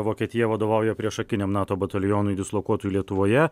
vokietija vadovauja priešakiniam nato batalionui dislokuotui lietuvoje